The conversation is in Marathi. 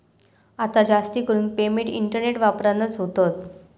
आता जास्तीकरून पेमेंट इंटरनेट वापरानच होतत